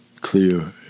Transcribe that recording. Clear